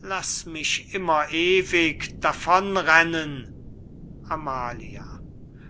laß mich immer ewig davon rennen amalia